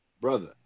Brother